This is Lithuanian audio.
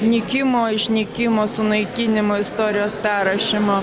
nykimo išnykimo sunaikinimo istorijos perrašymo